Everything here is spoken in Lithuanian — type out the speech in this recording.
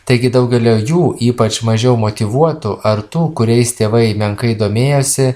taigi daugelio jų ypač mažiau motyvuotų ar tų kuriais tėvai menkai domėjosi